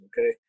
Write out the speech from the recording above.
okay